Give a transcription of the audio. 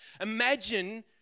imagine